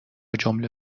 جمله